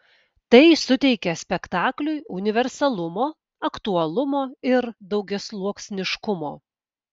tai suteikia spektakliui universalumo aktualumo ir daugiasluoksniškumo